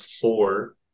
four